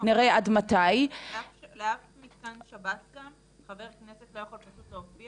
נראה עד מתי --- לאף מתקן שב"ס גם חבר כנסת לא יכול פשוט להופיע